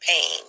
pain